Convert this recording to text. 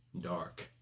dark